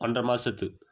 ஒன்றரை மாசத்துக்கு